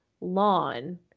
lawn